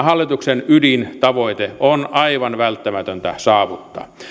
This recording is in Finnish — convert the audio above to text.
hallituksen ydintavoite on aivan välttämätöntä saavuttaa